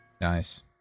Nice